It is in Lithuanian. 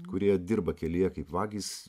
kurie dirba kelyje kaip vagys